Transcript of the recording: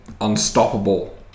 unstoppable